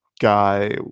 guy